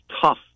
tough